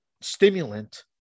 stimulant